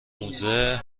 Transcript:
موزه